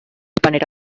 panera